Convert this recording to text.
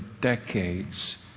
decades